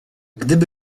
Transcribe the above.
gdyby